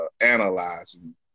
analyzing